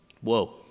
Whoa